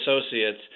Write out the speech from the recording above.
associates